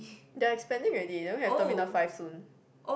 they are expanding already they even have terminal five soon